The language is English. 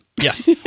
yes